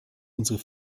unsere